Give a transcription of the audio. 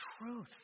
truth